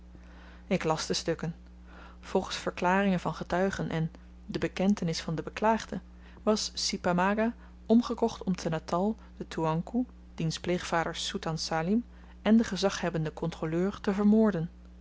ik las de stukken volgens verklaringen van getuigen en de bekentenis van den beklaagde was si pamaga omgekocht om te natal den toeankoe diens pleegvader soetan salim en den gezaghebbenden kontroleur te vermoorden